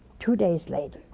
two days later,